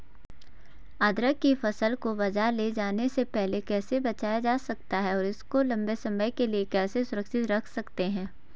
अदरक की फसल को बाज़ार ले जाने से पहले कैसे बचाया जा सकता है और इसको लंबे समय के लिए कैसे सुरक्षित रख सकते हैं?